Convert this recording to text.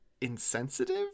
insensitive